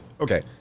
Okay